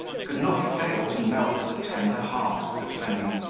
could not fail to melt the tender heart of the fleming,